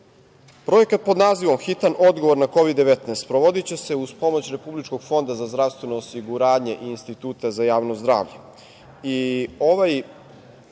pod nazivom „Hitan odgovor na Kovid-19“ sprovodiće se uz pomoć Republičkog fonda za zdravstveno osiguranje i Instituta za javno zdravlje.